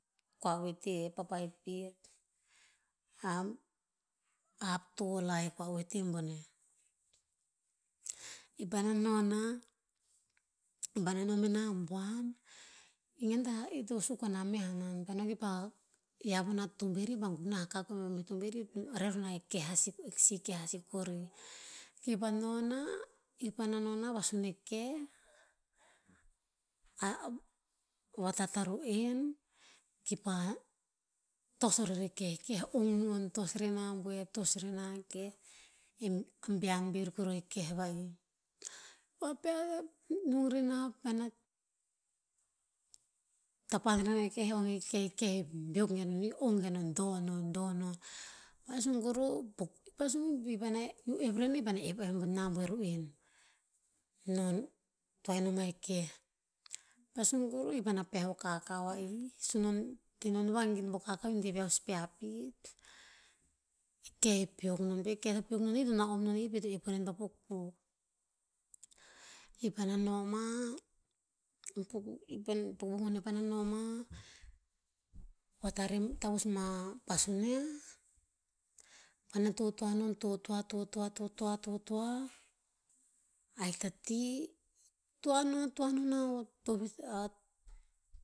Kua vuiti a papai pet, hap tolai pa oete boneh. I vana no nah, vana no meh na buan. I gen hikta, i to suk o n a ma hanan. Pah no kipah hiav na tomber kipah gunah kakoe a non pah meh tomber reh roh na e keh, a sih- a sih keh, a sih kori. Kipah nonah, ir paena nonah vasun eh keh vatat a ru'en, kipah tos orer eh keh. Keh ong non, tos reh na buer to reh na eh keh. Eh abean pir kuruh e keh va'ii nung nenah paena, tapan rena e keh ong eh keh- eh keh he beok gen non. I ong gen non, doh non, doh non. Pa'eh sun kuru. i paena, iuh oep reh nah, i peana oep eh na buer ru'en. toa ino mah e keh. Paena sun kuruh, paena peah o kakao va'ii. Sun non, teh non vangin po kakao i he deh peah o spia pi. Eh keh to peok non, peh keh to beok non na i to na'on non na i pih to oep uren pa pukpuk. I paena nomah, pukpuk boneh paena no mah. Vatare tavus ma pasuniah, paena totoa non. Totoa, totoa, totoa, totoa, ahik tah ti. Toa non, toa non nah. Tovih